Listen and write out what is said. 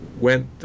went